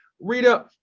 Rita